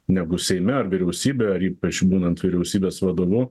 negu seime ar vyriausybėj ar ypač būnant vyriausybės vadovu